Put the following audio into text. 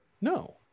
no